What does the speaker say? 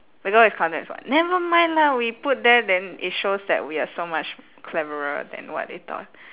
the girl is counted as what never mind lah we put there then it shows that we are so much cleverer than what they thought